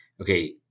okay